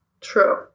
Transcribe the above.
True